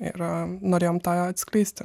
ir a norėjom tą atskleisti